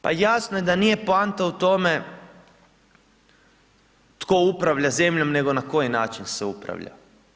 Pa jasno je da nije poanta u tome tko upravlja zemljom nego na koji način se upravlja.